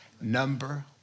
Number